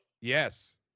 Yes